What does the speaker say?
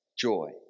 joy